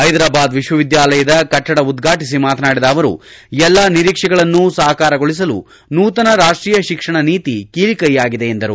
ಹೈದ್ರಾಬಾದ್ ವಿಶ್ವವಿದ್ಯಾಲಯದ ಕಟ್ಟಡ ಉದ್ಘಾಟಿಸಿ ಮಾತನಾಡಿದ ಅವರು ಎಲ್ಲ ನಿರೀಕ್ಷೆಗಳನ್ನು ಸಕಾರಗೊಳಿಸಲು ನೂತನ ರಾಷ್ಟೀಯ ಶಿಕ್ಷಣ ನೀತಿ ಕೀಲಿ ಕೈ ಆಗಿದೆ ಎಂದರು